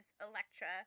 Electra